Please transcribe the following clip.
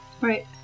Right